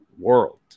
world